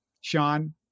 Sean